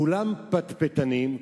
כולם פטפטנים,